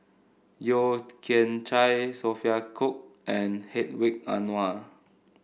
Yeo Kian Chai Sophia Cooke and Hedwig Anuar